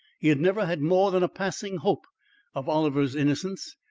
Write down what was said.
he had never had more than a passing hope of oliver's innocence,